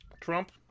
Trump